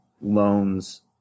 loans